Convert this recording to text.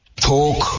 Talk